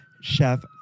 Chef